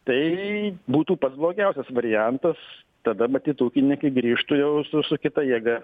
tai būtų pats blogiausias variantas tada matyt ūkininkai grįžtų jau su kita jėga